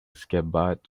scabbard